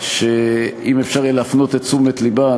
ואם אפשר להפנות את תשומת לבה,